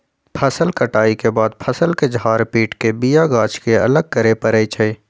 फसल कटाइ के बाद फ़सल के झार पिट के बिया गाछ के अलग करे परै छइ